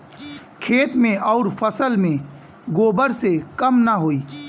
खेत मे अउर फसल मे गोबर से कम ना होई?